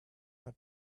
our